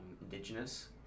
indigenous